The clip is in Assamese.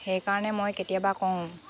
সেই কাৰণে মই কেতিয়াবা কওঁ